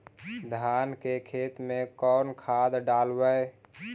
धान के खेत में कौन खाद डालबै?